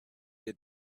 had